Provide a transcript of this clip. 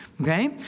okay